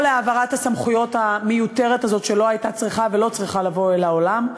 או להעברת הסמכויות המיותרת הזאת שלא הייתה צריכה ולא צריכה לבוא לעולם.